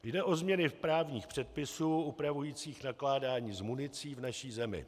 Jde o změny právních předpisů upravujících nakládání s municí v naší zemí.